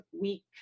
week